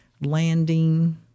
landing